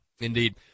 Indeed